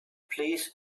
please